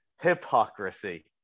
hypocrisy